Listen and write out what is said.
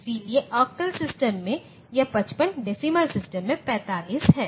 इसलिए octal system में यह 55 डेसीमल सिस्टम में 45 है